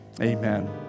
Amen